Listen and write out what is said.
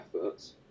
efforts